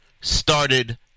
started